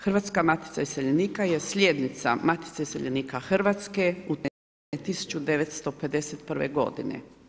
Hrvatska matica iseljenika je slijednica Matice iseljenika Hrvatske utemeljene 1951. godine.